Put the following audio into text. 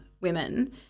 women